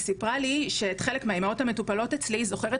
היא סיפרה לי שאת חלק מהאימהות המטופלות אצלי היא זוכרת